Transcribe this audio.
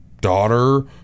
daughter